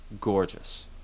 gorgeous